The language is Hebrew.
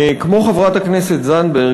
כמו חברת הכנסת זנדברג,